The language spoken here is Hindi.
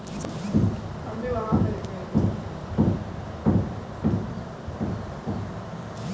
सिंचाई की तकनीकी चुनौतियों में डीजल प्रमुख है